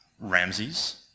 Ramses